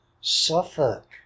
Suffolk